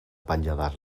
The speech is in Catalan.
penjades